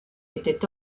était